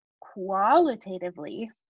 qualitatively